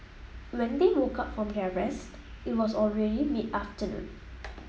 when they woke up from their rest it was already mid afternoon